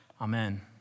Amen